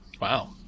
Wow